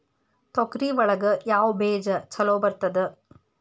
ತೊಗರಿ ಒಳಗ ಯಾವ ಬೇಜ ಛಲೋ ಬರ್ತದ?